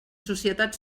societat